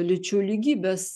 lyčių lygybės